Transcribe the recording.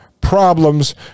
problems